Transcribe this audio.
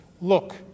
Look